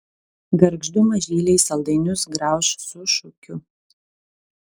gargždų mažyliai saldainius grauš su šūkiu